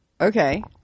Okay